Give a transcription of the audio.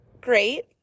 great